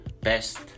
best